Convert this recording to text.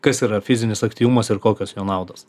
kas yra fizinis aktyvumas ir kokios jo naudos